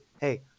hey